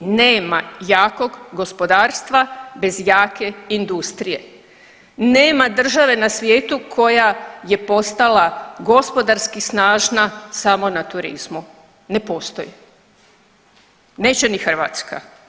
Nema jakog gospodarstva bez jake industrije, nema države na svijetu koja je postala gospodarski snažna samo na turizmu, ne postoji, neće ni Hrvatska.